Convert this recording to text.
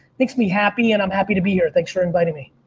makes me happy and i'm happy to be here. thanks for inviting me.